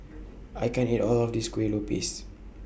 I can't eat All of This Kuih Lopes